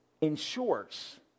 ensures